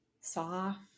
soft